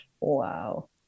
Wow